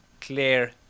clear